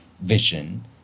vision